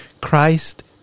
Christ